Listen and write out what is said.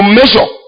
measure